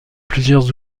plusieurs